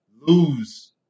lose